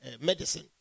medicine